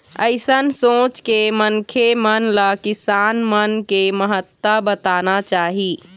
अइसन सोच के मनखे मन ल किसान मन के महत्ता बताना चाही